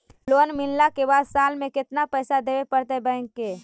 Loan मिलला के बाद साल में केतना पैसा देबे पड़तै बैक के?